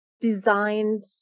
designed